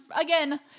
again